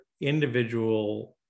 individual